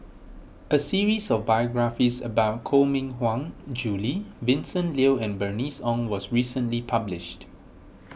a series of biographies about Koh Mui Hiang Julie Vincent Leow and Bernice Ong was recently published